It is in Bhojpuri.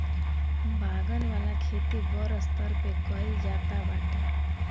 बागन वाला खेती बड़ स्तर पे कइल जाता बाटे